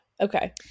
Okay